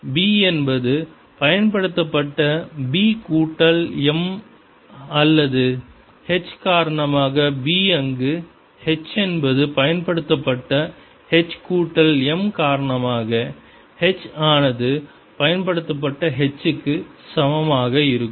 B என்பது பயன்படுத்தபட்ட B கூட்டல் m அல்லது h காரணமாக B அங்கு h என்பது பயன்படுத்தப்பட்ட h கூட்டல் m காரணமாக h ஆனது பயன்படுத்தப்பட்ட h க்கு சமமாக இருக்கும்